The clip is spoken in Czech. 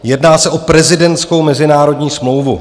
Jedná se o prezidentskou mezinárodní smlouvu.